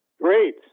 Great